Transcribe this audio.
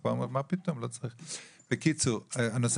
והקופה אמרה "מה פתאום,